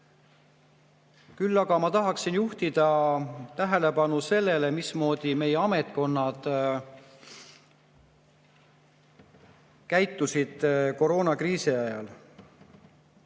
Küll aga tahaksin juhtida tähelepanu sellele, mismoodi meie ametkonnad käitusid koroonakriisi ajal.